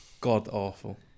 god-awful